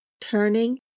turning